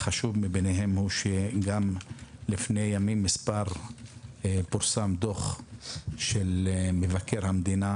החשוב מבניהם הוא שגם לפני ימים מספר פורסם דוח של מבקר המדינה